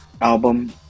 album